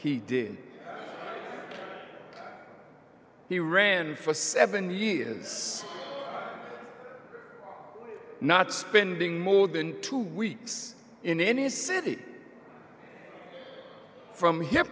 he did he ran for seven years or not spending more than two weeks in any city from h